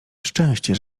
szczęście